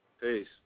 Peace